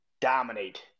dominate